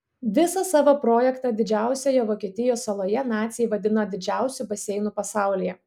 visą savo projektą didžiausioje vokietijos saloje naciai vadino didžiausiu baseinu pasaulyje